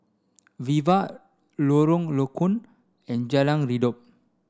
Viva Lorong Low Koon and Jalan Redop